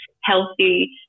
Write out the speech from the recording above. healthy